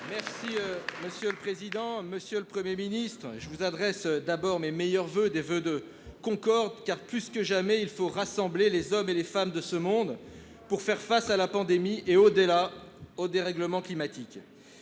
Territoires. Monsieur le Premier ministre, je vous adresse tout d'abord mes meilleurs voeux, des voeux de concorde, car plus que jamais il faut rassembler les hommes et les femmes de ce monde pour faire face à la pandémie et, au-delà, au dérèglement climatique.